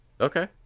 okay